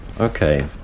Okay